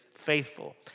Faithful